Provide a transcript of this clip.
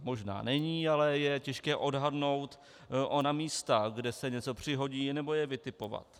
Možná není, ale je těžké odhadnout ona místa, kde se něco přihodí, nebo je vytipovat.